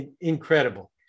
incredible